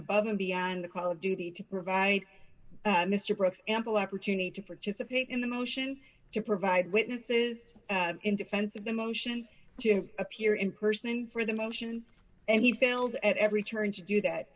above and beyond the call of duty to provide mr brooks ample opportunity to participate in the motion to provide witnesses in defense of the motion to appear in person for the motion and he failed at every turn to do that